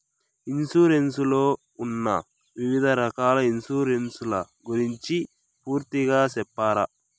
Insurance లో ఉన్న వివిధ రకాల ఇన్సూరెన్సు ల గురించి పూర్తిగా సెప్తారా?